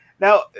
now